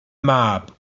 mab